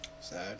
sad